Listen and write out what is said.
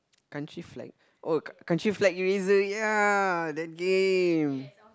countries flag oh country flag eraser ya that game